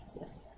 Yes